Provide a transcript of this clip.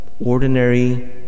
ordinary